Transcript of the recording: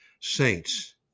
saints